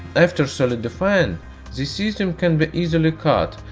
after solidifying, the cesium can be easily cut,